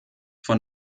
von